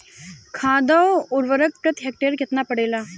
खाध व उर्वरक प्रति हेक्टेयर केतना पड़ेला?